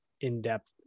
in-depth